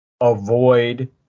avoid